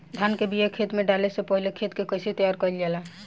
धान के बिया खेत में डाले से पहले खेत के कइसे तैयार कइल जाला?